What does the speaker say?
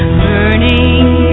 burning